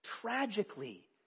tragically